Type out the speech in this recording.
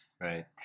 Right